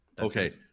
Okay